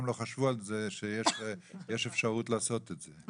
לא חשבו על זה שיש אפשרות לעשות את זה.